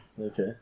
Okay